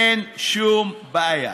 אין שום בעיה.